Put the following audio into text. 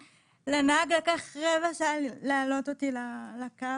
ולנהג לקח רבע שעה להעלות אותי לקו.